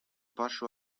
pašu